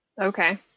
Okay